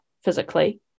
physically